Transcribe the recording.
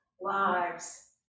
Lives